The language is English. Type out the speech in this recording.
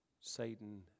Satan